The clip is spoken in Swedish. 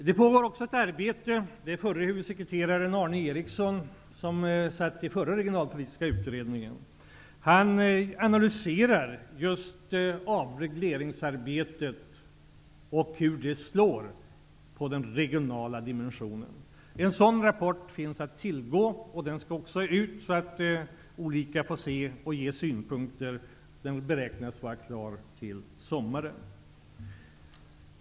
Det pågår också ett arbete där den förre huvudsekreteraren Arne Eriksson, som satt i den förra regionalpolitiska utredningen, analyserar just avregleringsarbetet och hur det slår på den regionala dimensionen. En sådan rapport finns att tillgå, och den skall också sändas ut så att olika instanser får ge synpunkter. Den beräknas vara klar till sommaren.